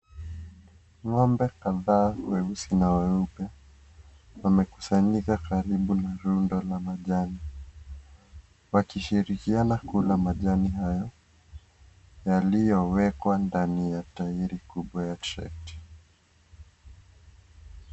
Ngombe kadhaa weusi na weupe wamekusanyika karibu na rundo la majani ,wakishirikiana kula majani hayo yaliyowekwa ndani ya (CS)taeri(CS )kubwa ya trekta.